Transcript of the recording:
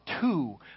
two